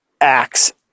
acts